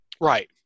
Right